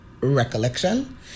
recollection